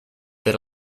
that